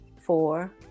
four